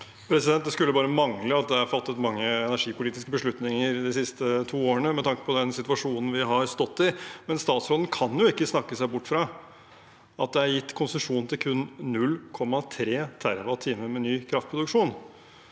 Det skulle bare man- gle at det er fattet mange energipolitiske beslutninger de siste to årene med tanke på den situasjonen vi har stått i! Men statsråden kan ikke snakke seg bort fra at det er gitt konsesjon til kun 0,3 TWh med ny kraftproduksjon.